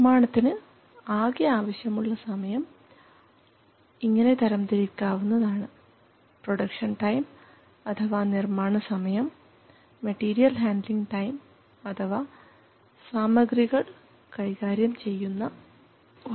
നിർമ്മാണത്തിന് ആകെ ആവശ്യമുള്ള സമയം ഇങ്ങനെ തരം തിരിക്കാവുന്നതാണ് പ്രൊഡക്ഷൻ ടൈം അഥവാ നിർമ്മാണ സമയം മെറ്റീരിയൽ ഹാൻഡ്ലിങ് ടൈം അഥവാ സാമഗ്രികൾ കൈകാര്യം ചെയ്യുന്ന സമയം